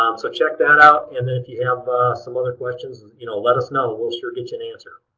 um so check that out, and then if you have some other questions, and you know let us know. we'll sure get you an answer.